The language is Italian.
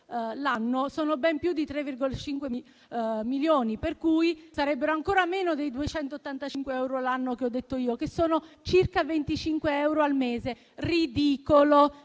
l'anno sono ben più di 3,5 milioni, per cui sarebbero ancora meno dei 285 euro l'anno di cui ho parlato io, che equivalgono a circa 25 euro al mese. Ridicolo: